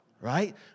right